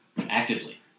Actively